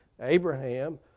abraham